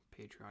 Patreon